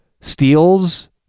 steals